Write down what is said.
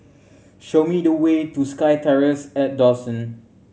show me the way to SkyTerrace at Dawson